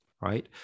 right